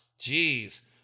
Jeez